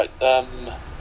right